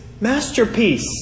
masterpiece